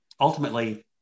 ultimately